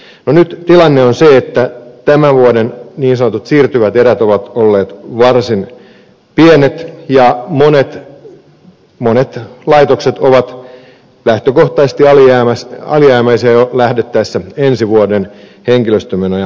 nyt tilanne on se että tämän vuoden niin sanotut siirtyvät erät ovat olleet varsin pienet ja monet laitokset ovat lähtökohtaisesti alijäämäisiä jo lähdettäessä ensi vuoden henkilöstömenoja määrittelemään